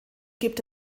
gibt